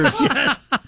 Yes